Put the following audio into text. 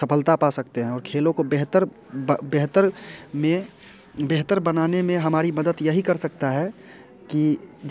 सफलता पा सकते हैं और खेलों कों बेहतर ब बेहतर में बेहतर बनाने में हमारी मदद यही कर सकता है कि